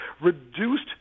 reduced